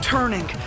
Turning